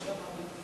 וגם על גז.